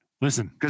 Listen